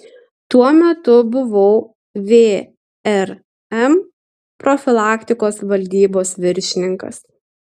tuo metu buvau vrm profilaktikos valdybos viršininkas